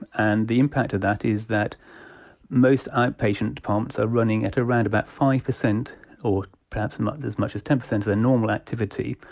and the impact of that is that most outpatient departments are running at around about five percent or perhaps um ah as much as ten percent of their normal activity.